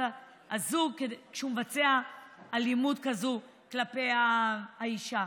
הזוג כשהוא מבצע אלימות כזאת כלפי האישה.